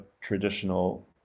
traditional